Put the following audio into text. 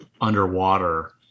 underwater